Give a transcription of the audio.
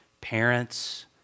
parents